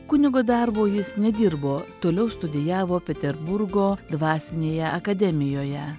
kunigo darbo jis nedirbo toliau studijavo peterburgo dvasinėje akademijoje